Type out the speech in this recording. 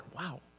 wow